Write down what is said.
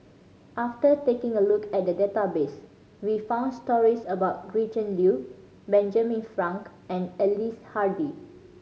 after taking a look at the database we found stories about Gretchen Liu Benjamin Frank and Ellice Handy